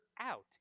out